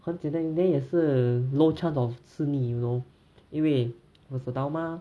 很值得 then 也是 low chance of 吃腻 you know 因为 versatile mah